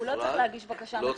הוא לא צריך להגיש בקשה מחדש.